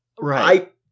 Right